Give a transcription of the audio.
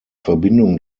verbindung